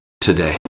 today